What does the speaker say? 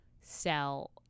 sell